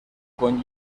con